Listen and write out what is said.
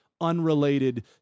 unrelated